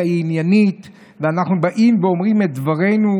היא עניינית ואנחנו באים ואומרים את דברנו,